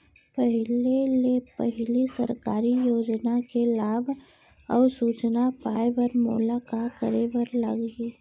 पहिले ले पहिली सरकारी योजना के लाभ अऊ सूचना पाए बर मोला का करे बर लागही?